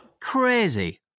crazy